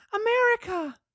America